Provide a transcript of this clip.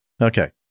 Okay